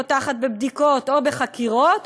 פותחת בבדיקות או בחקירות,